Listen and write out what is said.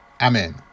amen